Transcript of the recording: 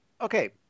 Okay